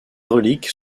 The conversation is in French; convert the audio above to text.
reliques